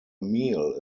meal